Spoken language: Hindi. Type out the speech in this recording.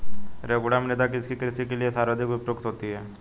रेगुड़ मृदा किसकी कृषि के लिए सर्वाधिक उपयुक्त होती है?